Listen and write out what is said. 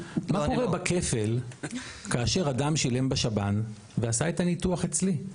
מה קורה בכפל כאשר אדם שילם בשב"ן ועשה את הניתוח אצלי?